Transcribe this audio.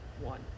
one